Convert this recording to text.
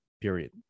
period